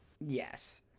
Yes